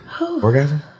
Orgasm